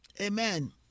Amen